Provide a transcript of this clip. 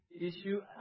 issue